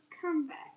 comeback